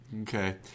Okay